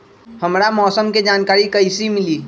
हमरा मौसम के जानकारी कैसी मिली?